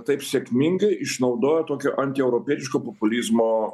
taip sėkmingai išnaudojo tokio antieuropietiško populizmo